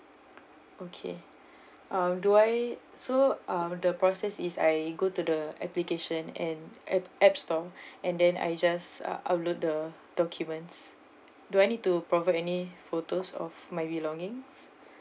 okay uh do I so uh the process is I go to the application and app app store and then I just uh upload the documents do I need to provide any photos of my belongings